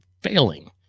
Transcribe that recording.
failing